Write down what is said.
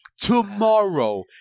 Tomorrow